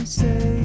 say